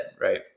right